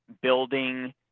building